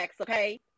okay